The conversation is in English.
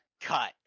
cut